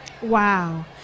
Wow